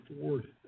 forward